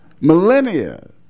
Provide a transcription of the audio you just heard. millennia